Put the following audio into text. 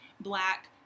black